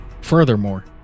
furthermore